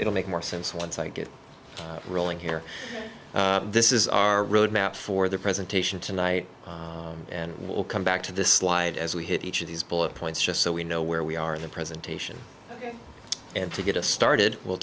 will make more sense once i get rolling here this is our roadmap for the presentation tonight and we'll come back to this slide as we hit each of these bullet points just so we know where we are in the presentation and to get a started we'll